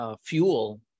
Fuel